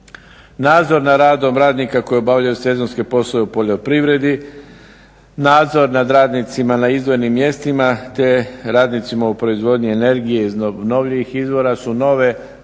Nadzor nad radom radnika koji obavljaju sezonske poslove u poljoprivredi, nadzor nad radnicima na izdvojenim mjestima te radnicima u proizvodnji energije iz obnovljivih izvora su nove zadaće